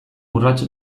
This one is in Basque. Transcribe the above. urrats